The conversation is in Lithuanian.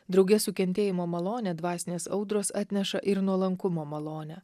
drauge su kentėjimo malone dvasinės audros atneša ir nuolankumo malonę